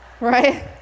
right